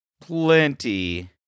plenty